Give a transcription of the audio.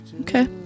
Okay